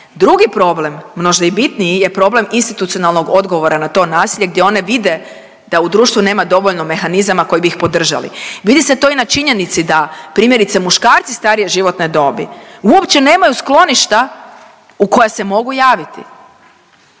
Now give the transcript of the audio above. Drugi problem, možda i bitniji je problem institucionalnog odgovora na to nasilje gdje one vide da u društvu nema dovoljno mehanizama koji bi ih podržali. Vidi se to i na činjenici da primjerice muškarci starije životne dobi uopće nemaju skloništa u koja se mogu javiti,